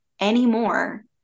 Anymore